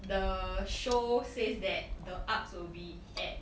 the show says that the arks will be at